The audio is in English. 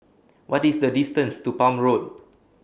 What IS The distance to Palm Road